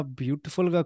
beautiful